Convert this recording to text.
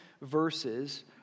verses